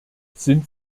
sind